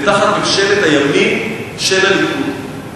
ותחת ממשלת הימין של הליכוד.